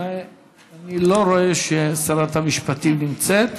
ואני לא רואה ששרת המשפטים נמצאת.